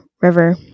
River